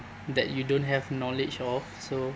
that you don't have knowledge of so